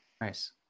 nice